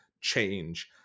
change